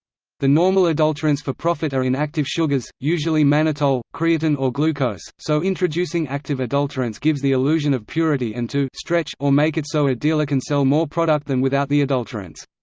the normal adulterants for profit are inactive sugars, usually mannitol, creatine or glucose, so introducing active adulterants gives the illusion of purity and to stretch or make it so a dealer can sell more product than without the adulterants.